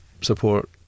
support